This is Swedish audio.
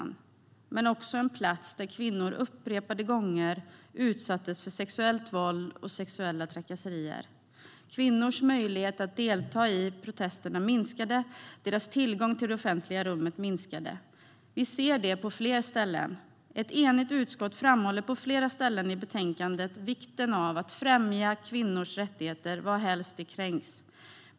Men det blev också en plats där kvinnor upprepade gånger utsattes för sexuellt våld och sexuella trakasserier. Kvinnors möjlighet att delta i protesterna minskade, och deras tillgång till det offentliga rummet minskade. Vi ser det på fler ställen. Ett enigt utskott framhåller på flera ställen i betänkandet vikten av att främja kvinnors rättigheter varhelst de kränks.